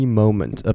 moment